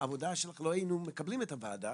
והעבודה שלך לא היינו מקבלים את הוועדה